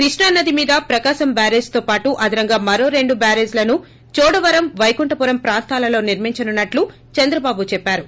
కృష్ణా నది మీద ప్రకాశం బ్యారాజ్ తో పాటు అదనంగా మరో రెండు బ్యారాజ్ లను చోడవరం వైకుంట పురం ప్రాంతాలలో నిర్మించ నున్నట్లు చంద్రబాబు చెప్పారు